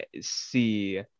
see